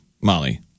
Molly